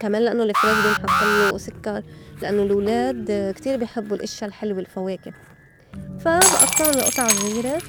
كمان لأنّو الفريز بينحطلّو سكّر لأنّو الولاد كتير بي حبّو الإشيا الحلوة الفواكة. فا بئطّعُن لا أطع زغيرة،